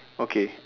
okay